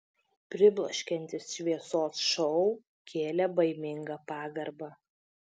pribloškiantis šviesos šou kėlė baimingą pagarbą